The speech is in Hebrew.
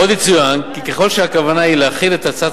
עוד יצוין כי ככל שהכוונה היא להחיל את הצעת